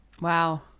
Wow